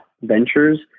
Ventures